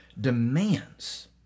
demands